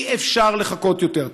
אי-אפשר לחכות יותר.